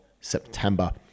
September